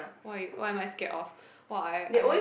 why what am I scared of !wah! I I